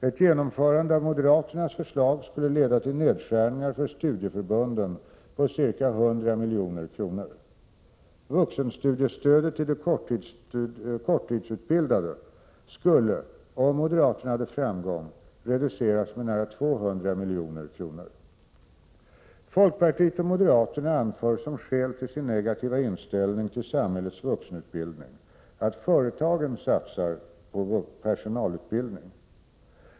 Ett genomförande av moderaternas förslag skulle leda till nedskärningar för studieförbunden på ca 100 milj.kr. Vuxenstudiestödet till de korttidsutbildade skulle, om moderaterna hade framgång, reduceras med nära 200 milj.kr. Folkpartiet och moderaterna anför som skäl till sin negativa inställning till samhällets vuxenutbildning att företagen satsar på personalutbildning.